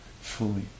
fully